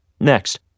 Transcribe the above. Next